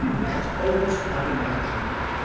that's almost unimaginable.